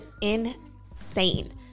insane